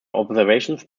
observations